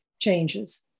changes